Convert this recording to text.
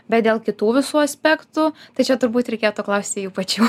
bet dėl kitų visų aspektų tai čia turbūt reikėtų klausti jų pačių